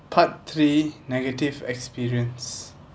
part three negative experience